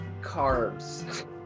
Carbs